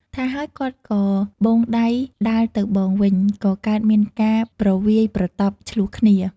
ថាហើយ គាត់ក៏បូងដៃដាល់ទៅបងវិញ ក៏កើតមានការប្រវាយប្រតប់ឈ្លោះគ្នា។